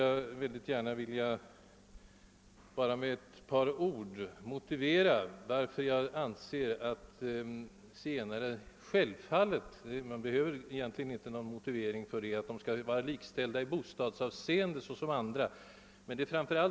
Sedan vill jag gärna med bara ett par ord särskilt motivera varför jag anser att zigenare självfallet skall vara likställda med oss i bostadshänseende — även om det kanske inte behövs någon motivering för detta.